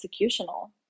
executional